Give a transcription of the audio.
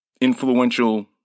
influential